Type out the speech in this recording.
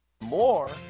more